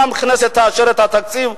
אם הכנסת תאשר את התקציב,